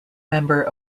member